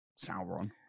sauron